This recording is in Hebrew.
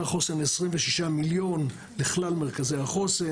החוסן 26 מיליון לכלל מרכזי החוסן.